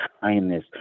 kindness